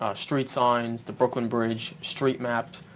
ah street signs, the brooklyn bridge, street map,